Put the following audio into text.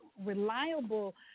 reliable